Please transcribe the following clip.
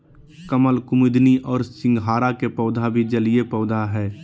कमल, कुमुदिनी और सिंघाड़ा के पौधा भी जलीय पौधा हइ